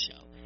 show